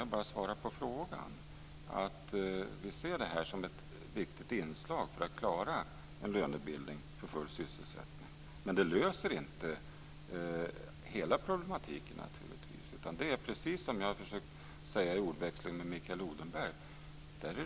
Jag bara svarar på frågan - vi ser det här som ett viktigt inslag för att klara en lönebildning för full sysselsättning. Det löser naturligtvis inte hela problematiken, utan det är precis som jag försökte säga i ordväxlingen med Mikael Odenberg.